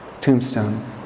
tombstone